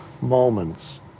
moments